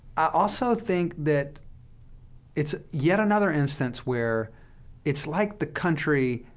i also think that it's yet another instance where it's like the country,